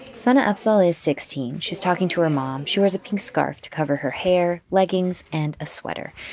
sana afzal is sixteen. she's talking to her mom. she wears a pink scarf to cover her hair, leggings and a sweater.